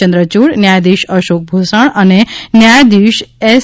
ચંદ્રચૂડ ન્યાયાધિશ અશોક ભુસણ અને ન્યાયાધિશ એસ